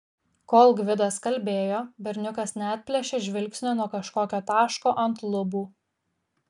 kol gvidas kalbėjo berniukas neatplėšė žvilgsnio nuo kažkokio taško ant lubų